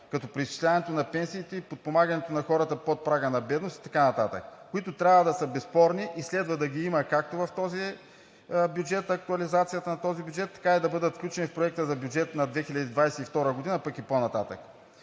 като преизчисляването на пенсиите и подпомагането на хората под прага на бедност и така нататък, които трябва да са безспорни и следва да ги има както в актуализацията на този бюджет, така и да бъдат включени в проекта за бюджет на 2022 г., пък и по-нататък.